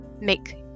make